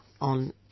on